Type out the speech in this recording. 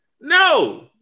no